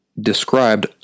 described